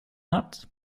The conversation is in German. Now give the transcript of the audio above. habt